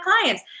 clients